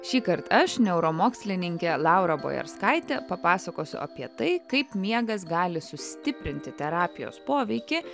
šįkart aš neuromokslininkė laura bojarskaitė papasakosiu apie tai kaip miegas gali sustiprinti terapijos poveikį